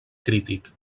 crític